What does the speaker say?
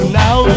now